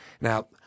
Now